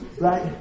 right